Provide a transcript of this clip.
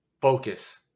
focus